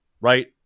right